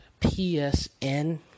PSN